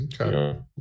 Okay